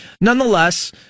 nonetheless